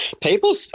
People